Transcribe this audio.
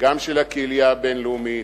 וגם של הקהילייה הבין-לאומית,